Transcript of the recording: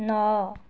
ନଅ